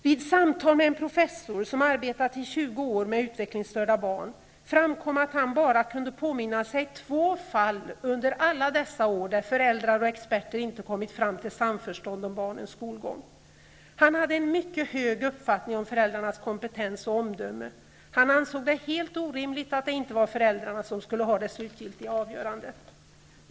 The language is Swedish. Vid samtal med en professor som arbetat i 20 år med utvecklingsstörda barn framkom att han bara kunde påminna sig två fall, under alla dessa år, där föräldrar och experter inte kommit fram till samförstånd om barnens skolgång. Han hade en mycket hög uppfattning om föräldrarnas kompetens och omdöme. Han ansåg det helt orimligt att det inte var föräldrarna som skulle ha det slutgiltiga avgörandet.